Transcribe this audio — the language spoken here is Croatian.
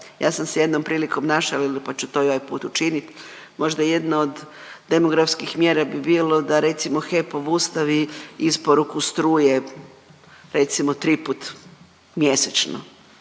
ja sam se jednom prilikom našalila pa ću to i ovaj put učinit. Možda jedna od demografskih mjera bi bilo da recimo HEP obustavi isporuku struje, recimo 3 puta mjesečno